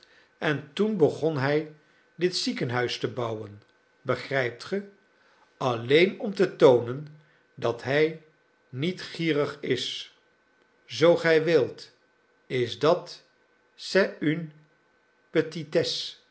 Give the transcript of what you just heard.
en toen begon hij dit ziekenhuis te bouwen begrijpt ge alleen om te toonen dat hij niet gierig is zoo gij wilt is dat cest une